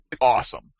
awesome